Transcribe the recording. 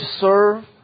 serve